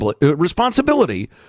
responsibility